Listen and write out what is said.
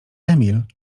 emil